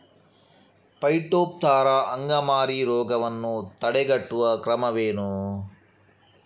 Phytophthora ಅಂಗಮಾರಿ ರೋಗವನ್ನು ತಡೆಗಟ್ಟುವ ಕ್ರಮಗಳೇನು?